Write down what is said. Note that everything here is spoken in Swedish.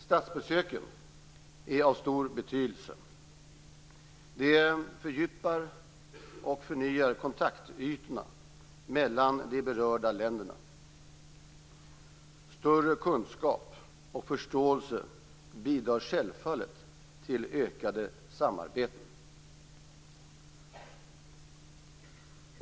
Statsbesöken är av stor betydelse. De fördjupar och förnyar kontaktytorna mellan de berörda länderna. Större kunskap och förståelse bidrar självfallet till att öka samarbetet.